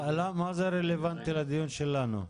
מה זה רלוונטי לדיון שלנו?